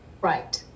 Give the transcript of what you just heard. Right